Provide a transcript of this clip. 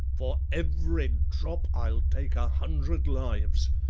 for every drop i'll take a hundred lives.